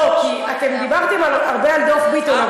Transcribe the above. כי אתם דיברתם הרבה על דוח ביטון,